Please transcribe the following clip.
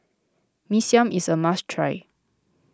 Mee Siam is a must try